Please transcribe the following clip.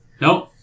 Nope